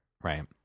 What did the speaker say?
Right